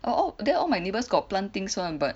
oh then all my neighbor's got plant things one but